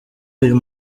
uyu